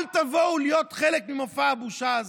אל תבואו להיות חלק ממופע הבושה הזה.